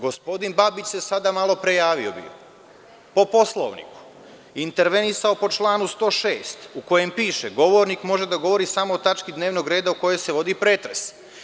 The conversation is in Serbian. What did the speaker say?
Gospodin Babić se sada malo pre javio po Poslovniku i intervenisao po članu 106. u kojem piše – govornik može da govori samo o tački dnevnog reda o kojoj se vodi pretres.